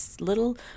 little